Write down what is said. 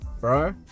bro